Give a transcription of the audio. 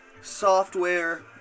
Software